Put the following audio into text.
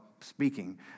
speaking